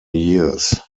years